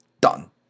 Done